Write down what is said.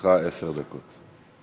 לרשותך עשר דקות.